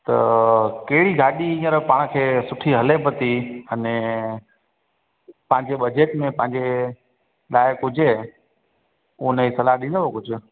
त कहिद़ी गाॾी हींअर पाण खे सुठी हलेव थी अने पंहिंजे बजट में पंहिंजे लाइ पूजे हुन जी सलाहु ॾींदो कुझु